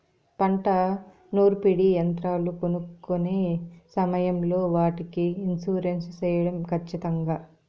పంట నూర్పిడి యంత్రాలు కొనుక్కొనే సమయం లో వాటికి ఇన్సూరెన్సు సేయడం ఖచ్చితంగా?